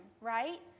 right